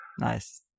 Nice